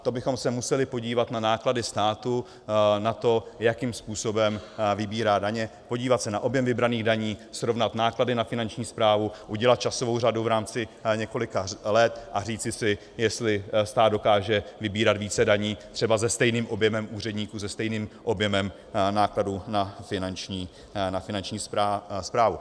To bychom se museli podívat na náklady státu, na to, jakým způsobem vybírá daně, podívat se na objem vybraných daní, srovnat náklady na Finanční správu, udělat časovou řadu v rámci několika let a říci si, jestli stát dokáže vybírat více daní třeba se stejným objemem úředníků, se stejným objemem nákladů na Finanční správu.